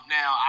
now